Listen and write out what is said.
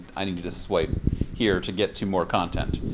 i need to just swipe here to get to more content.